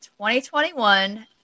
2021